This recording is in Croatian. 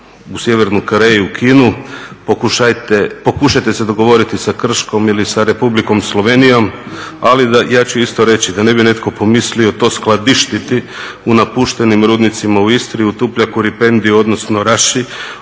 u Sjevernoj Koreji i u Kini, pokušajte se dogovoriti sa Krškom ili sa Republikom Slovenijom, ali da, ja ću isto reći, da ne bi netko pomislio to skladištiti u napuštenim rudnicima u Istri, u Tupljaku, Ripendi odnosno Raši